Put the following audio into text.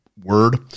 Word